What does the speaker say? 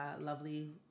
lovely